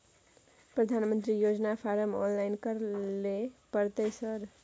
प्रधानमंत्री योजना form online करैले परतै सर?